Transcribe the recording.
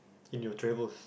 in your travels